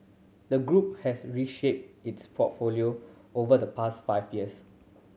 the group has reshaped its portfolio over the past five years